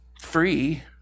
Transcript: free